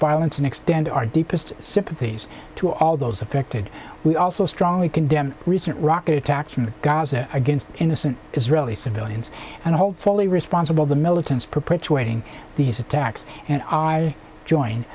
violence and extend our deepest sympathies to all those affected we also strongly condemn recent rocket attacks from gaza against innocent israeli civilians and hold fully responsible the militants perpetuating these attacks and i join